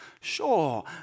sure